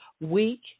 week